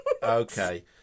Okay